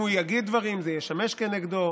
אם הוא יגיד דברים זה ישמש כנגדו,